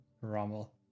Rommel